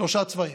שלושה צבעים.